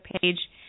page